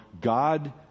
God